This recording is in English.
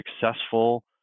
successful